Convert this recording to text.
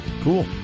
Cool